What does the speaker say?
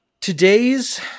today's